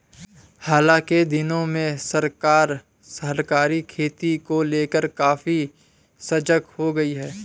हाल के दिनों में सरकार सहकारी खेती को लेकर काफी सजग हो गई है